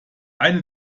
eine